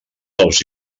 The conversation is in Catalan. dels